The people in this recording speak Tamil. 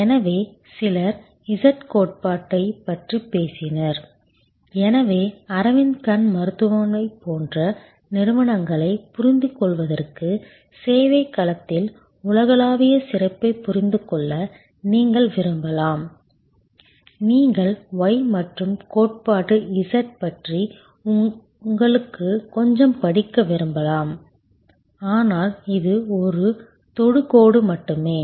எனவே சிலர் இசட் கோட்பாட்டைப் பற்றி பேசினர் எனவே அரவிந்த் கண் மருத்துவமனை போன்ற நிறுவனங்களைப் புரிந்துகொள்வதற்கு சேவை களத்தில் உலகளாவிய சிறப்பைப் புரிந்து கொள்ள நீங்கள் விரும்பலாம் நீங்கள் Y மற்றும் கோட்பாடு Z பற்றி கொஞ்சம் படிக்க விரும்பலாம் ஆனால் இது ஒரு தொடுகோடு மட்டுமே